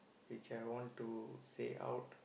which I want to say out